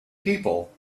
people